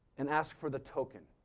and ask for the token.